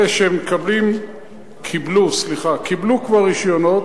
אלה שמקבלים, קיבלו, סליחה, קיבלו כבר רשיונות,